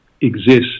exist